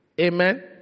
Amen